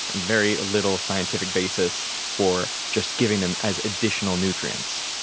and very ah little scientific basis for just giving them as additional nutrients.